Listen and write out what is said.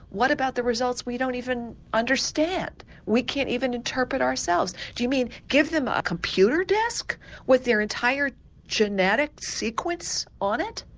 what about the results we don't even understand? we can't even interpret ourselves. do you mean give them a computer desk with their entire genetic sequence on it?